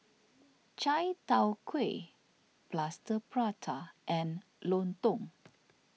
Chai Tow Kuay Plaster Prata and Lontong